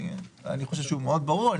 אני חושב שהוא מאוד ברור.